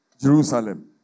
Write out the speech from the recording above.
Jerusalem